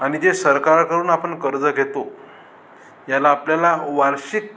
आणि जे सरकाराकडून आपण कर्ज घेतो याला आपल्याला वार्षिक